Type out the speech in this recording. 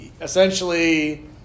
essentially –